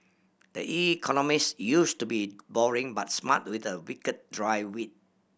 the Economist used to be boring but smart with a wicked dry wit